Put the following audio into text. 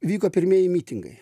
vyko pirmieji mitingai